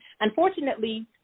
unfortunately